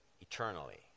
eternally